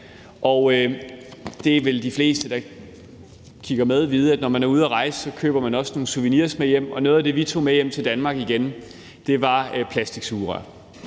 til USA, og de fleste, der kigger med, vil vide, at når man er ude at rejse, køber man også nogle souvenirs med hjem. Noget af det, vi tog med hjem til Danmark, var plastiksugerør.